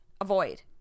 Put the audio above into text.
Avoid